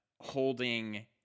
holding